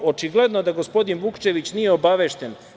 Očigledno da gospodin Vukčević nije obavešten.